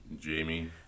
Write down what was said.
Jamie